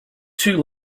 too